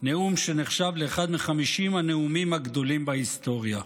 נאום שנחשב לאחד מ-50 הנאומים הגדולים בהיסטוריה.